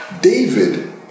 David